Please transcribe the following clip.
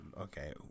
Okay